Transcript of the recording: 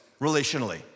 relationally